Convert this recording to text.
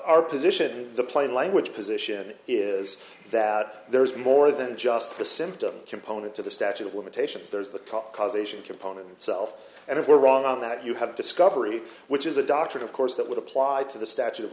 our position the plain language position is that there is more than just the symptom component to the statute of limitations there's the top causation component self and if we're wrong on that you have discovery which is a doctrine of course that would apply to the statute of